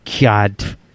God